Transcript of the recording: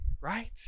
Right